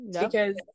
because-